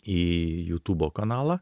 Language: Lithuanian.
į jutubo kanalą